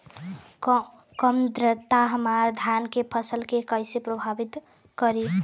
कम आद्रता हमार धान के फसल के कइसे प्रभावित करी?